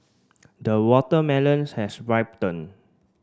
the watermelons has